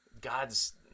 God's